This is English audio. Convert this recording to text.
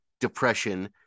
Depression